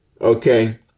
okay